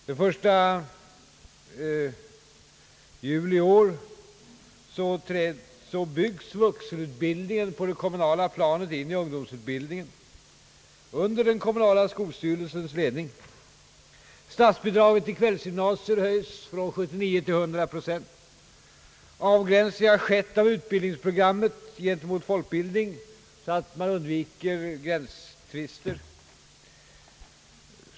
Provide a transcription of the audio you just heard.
Den 1 juli i år byggs vuxenutbildningen på det kommunala planet in i ungdomsutbildningen under den kommunala skolstyrelsens ledning. Statsbidraget till kvällsgymnasier höjs från 79 till 100 procent. Avgränsning av utbildningsprogrammet har gjorts gentemot folkbildning, så att man undviker gränstvister.